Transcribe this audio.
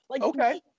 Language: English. Okay